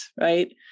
right